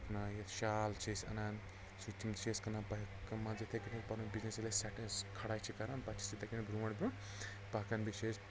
پکنٲیِتھ شال چھِ أسۍ انان سُہ تِم تہِ چھِ أسۍ کٕنان مان ژٕ یِتھٕے کٔنیتھ پنُن بِزنٮ۪س ییٚلہِ سیٚٹٕلۍ أسۍ کھڑا چھِ کران پتہٕ چھِ أسۍ یِتھٕے کٔنۍ برٛونٛٹھ برٛونٛٹھ پکان بیٚیہِ چھِ أسۍ